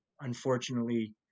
unfortunately